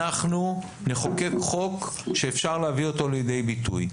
אנחנו נחוקק חוק שאפשר להביא אותו לידי ביטוי.